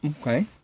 Okay